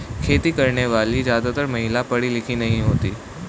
खेती करने वाली ज्यादातर महिला पढ़ी लिखी नहीं होती